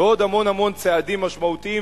ועוד המון המון צעדים משמעותיים,